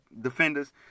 defenders